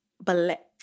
Black